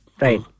Right